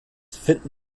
finden